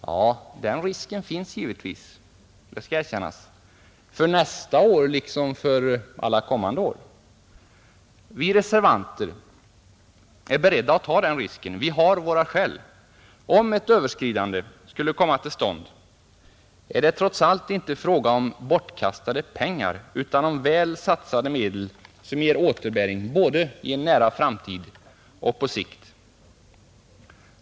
Ja, den risken finns givetvis, det skall erkännas, för nästa år liksom för alla kommande år. Vi reservanter är emellertid beredda att ta den risken, Vi har våra skäl, och om ett överskridande skulle komma till stånd är det trots allt inte fråga om bortkastade pengar, utan om väl satsade medel, som ger återbäring i en nära framtid och på sikt.